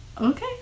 Okay